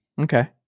Okay